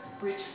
reach